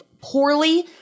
poorly